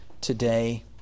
today